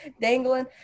dangling